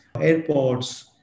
airports